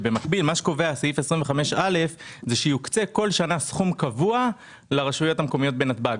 סעיף 25א קובע שכל שנה יוקצה סכום קבוע לרשויות המקומיות סובבות נתב"ג,